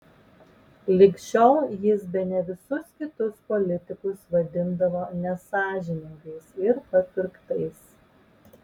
lig šiol jis bene visus kitus politikus vadindavo nesąžiningais ir papirktais